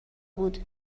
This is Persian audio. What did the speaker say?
بود